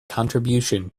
contribution